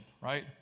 Right